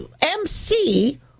MC